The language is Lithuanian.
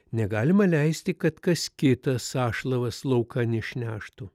negalima leisti kad kas kitas sąšlavas laukan išneštų